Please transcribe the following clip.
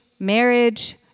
marriage